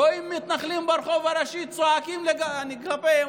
רואים מתנחלים ברחוב הראשי צועקים אליהם,